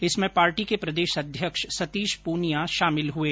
इसमें पार्टी के प्रदेश अध्यक्ष सतीश पूनिया शामिल हुए